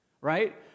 right